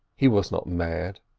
he was not mad,